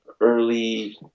early